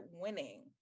winning